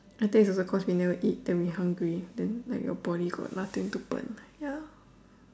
I think it's also cause we never eat then we hungry then like your body got nothing to burn ya